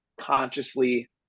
consciously